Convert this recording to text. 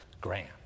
grand